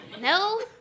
No